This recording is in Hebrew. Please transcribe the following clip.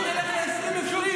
על מה כתב אישום,